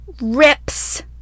rips